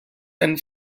and